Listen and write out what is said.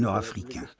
and africa.